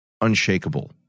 unshakable